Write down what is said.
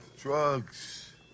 Drugs